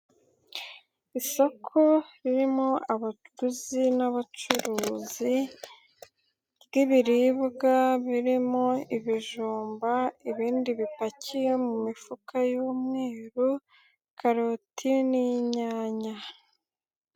Isoko ririmo abaguzi n'abacuruzi ,ry'ibiribwa birimo ibijumba ibindi bipakiye mu mifuka y'umweru ,karoti n'inyanya.